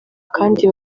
kandi